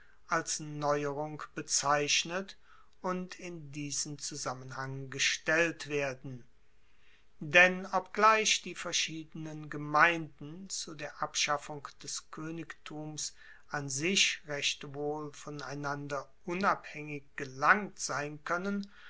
als neuerung bezeichnet und in diesen zusammenhang gestellt werden denn obgleich die verschiedenen gemeinden zu der abschaffung des koenigtums an sich recht wohl voneinander unabhaengig gelangt sein koennen